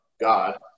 god